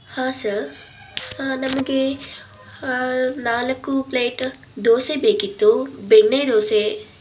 ಹಾಂ ಸರ್ ನಮ್ಗೆ ನಾಲ್ಕು ಪ್ಲೇಟ್ ದೋಸೆ ಬೇಕಿತ್ತು ಬೆಣ್ಣೆ ದೋಸೆ